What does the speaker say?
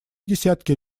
десятки